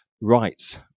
rights